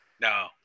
No